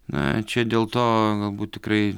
na čia dėl to galbūt tikrai